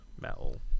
metal